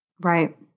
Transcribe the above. Right